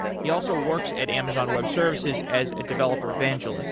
he also works at amazon web services as a developer evangelist